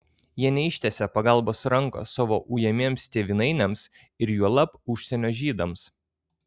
jie neištiesė pagalbos rankos savo ujamiems tėvynainiams ir juolab užsienio žydams